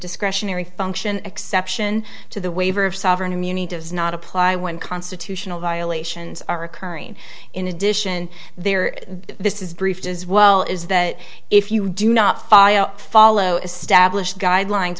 discretionary function exception to the waiver of sovereign immunity does not apply when constitutional violations are occurring in addition there is this is briefed as well is that if you do not file follow established guidelines